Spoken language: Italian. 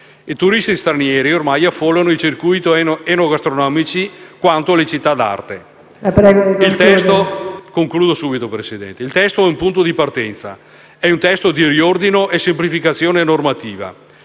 I turisti stranieri oramai affollano i circuiti enogastronomici quanto le città d'arte. Il testo è un punto di partenza; è un testo di riordino e semplificazione normativa.